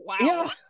Wow